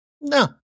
No